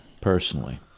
personally